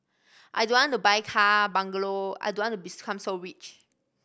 I don't want to buy car bungalow I don't want to become so rich